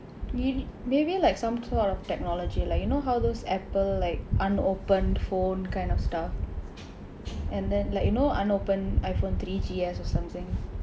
maybe maybe like some sort of technology like you know how those apple like unopened phone kind of stuff and then like you know unopened iphone three G_S or something